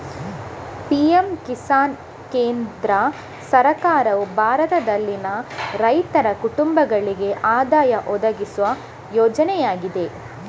PM Kisan ಕೇಂದ್ರ ಸರ್ಕಾರವು ಭಾರತದಲ್ಲಿನ ರೈತರ ಕುಟುಂಬಗಳಿಗೆ ಆದಾಯ ಒದಗಿಸುವ ಯೋಜನೆಯಾಗಿದೆ